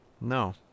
No